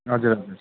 हजुर हजुर